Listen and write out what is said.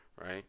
right